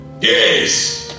Yes